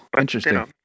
interesting